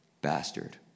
Bastard